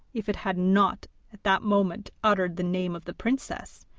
if it had not at that moment uttered the name of the princess.